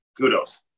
kudos